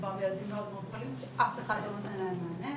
מדובר בילדים מאוד מאוד חולים שאף אחד לא נותן להם מענה.